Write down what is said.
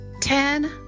Ten